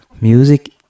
Music